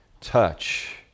touch